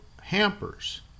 hampers